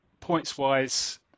points-wise